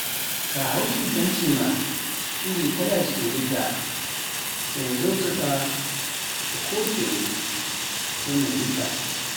taa hawti penti ma iri kalaaji ɗi ngiɗɗa, sai zozoɗa ko toye nonno ngiɗɗa